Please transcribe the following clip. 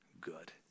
good